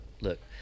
look